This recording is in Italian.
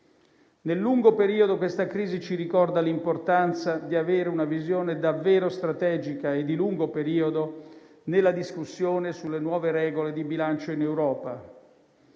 In prospettiva, questa crisi ci ricorda l'importanza di avere una visione davvero strategica e di lungo periodo nella discussione sulle nuove regole di bilancio in Europa.